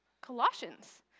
Colossians